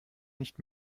nicht